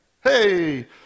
Hey